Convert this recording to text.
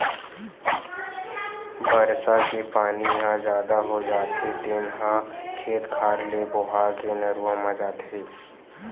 बरसा के पानी ह जादा हो जाथे तेन ह खेत खार ले बोहा के नरूवा म जाथे